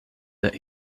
that